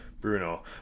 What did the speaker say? Bruno